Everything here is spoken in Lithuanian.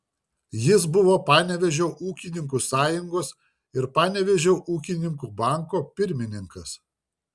jis buvo panevėžio ūkininkų sąjungos ir panevėžio ūkininkų banko pirmininkas